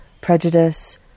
Prejudice